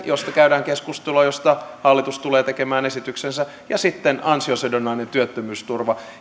josta käydään keskustelua ja josta hallitus tulee tekemään esityksensä ja sitten ansiosidonnainen työttömyysturva